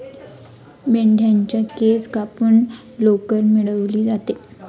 मेंढ्यांच्या केस कापून लोकर मिळवली जाते